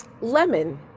Lemon